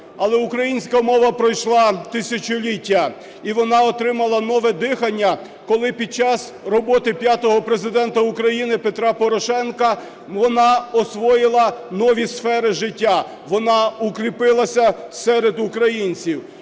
Але українська мова пройшла тисячоліття, і вона отримала нове дихання, коли під час роботи п'ятого Президента України Петра Порошенка вона освоїла нові сфери життя, вона укріпилася серед українців,